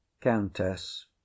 countess